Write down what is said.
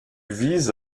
vise